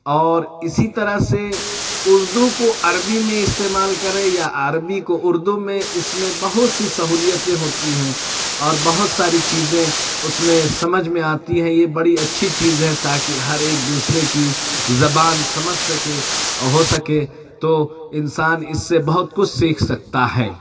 اور اسی طرح سے اردو کو عربی میں استعمال کریں یا عربی کو اردو میں اس میں بہت سی سہولیتیں ہوتی ہیں اور بہت ساری چیزیں اس میں سمجھ میں آتی ہیں یہ بڑی اچھی چیز ہے تاکہ ہر ایک دوسرے کی زبان سمجھ سکے اور ہو سکے تو انسان اس سے بہت کچھ سیکھ سکتا ہے